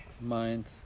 mind